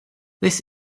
this